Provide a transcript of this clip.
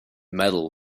metal